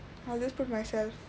I'll just put myself